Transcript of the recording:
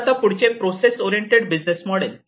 तर आता पुढचे प्रोसेस ओरिएंटेड बिझनेस मॉडेल